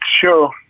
sure